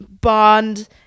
Bond